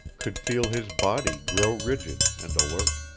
could feel his body grow rigid and alert.